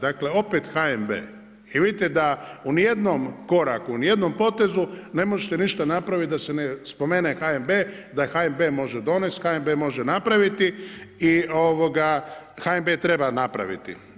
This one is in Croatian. Dakle opet HNB i vidite da u nijednom koraku, u nijednom potezu ne možete ništa napraviti da se ne spomene HNB, da je HNB može donest, HNB može napraviti i HNB treba napraviti.